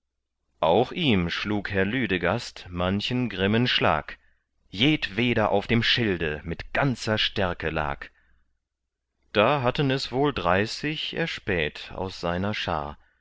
auch ihm schlug herr lüdegast manchen grimmen schlag jedweder auf dem schilde mit ganzer stärke lag da hatten es wohl dreißig erspäht aus seiner schar